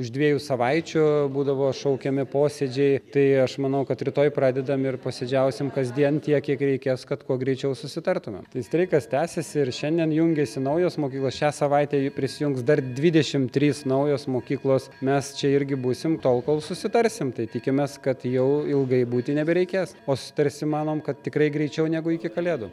už dviejų savaičių būdavo šaukiami posėdžiai tai aš manau kad rytoj pradedam ir posėdžiausim kasdien tiek kiek reikės kad kuo greičiau susitartumėm tai streikas tęsiasi ir šiandien jungiasi naujos mokyklos šią savaitę jau prisijungs dar dvidešimt trys naujos mokyklos mes čia irgi būsim tol kol susitarsim tai tikimės kad jau ilgai būti nebereikės o susitarsim manom kad tikrai greičiau negu iki kalėdų